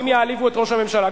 אם יעליבו את ראש הממשלה,